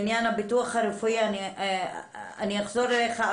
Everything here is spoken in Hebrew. בעניין הביטוח הרפואי אחזור אלייך.